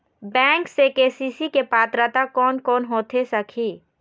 Bank से KCC के पात्रता कोन कौन होथे सकही?